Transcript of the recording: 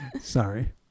Sorry